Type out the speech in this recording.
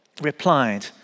replied